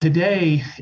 Today